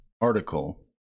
article